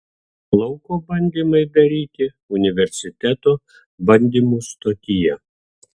lauko bandymai daryti universiteto bandymų stotyje